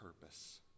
purpose